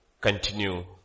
Continue